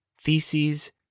Theses